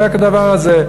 לא היה כדבר הזה.